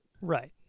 Right